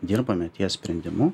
dirbame ties sprendimu